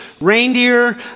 reindeer